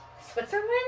switzerland